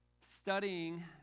studying